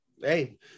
hey